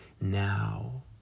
now